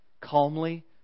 Calmly